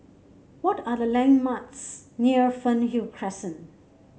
what are the landmarks near Fernhill Crescent